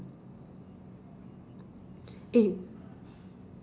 eh